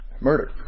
murder